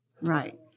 Right